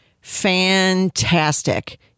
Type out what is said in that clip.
Fantastic